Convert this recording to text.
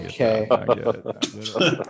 Okay